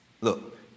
Look